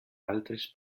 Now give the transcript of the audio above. altres